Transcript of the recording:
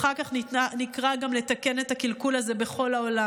ואחר כך נקרא גם לתקן את הקלקול הזה בכל העולם.